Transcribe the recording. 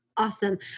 Awesome